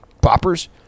Poppers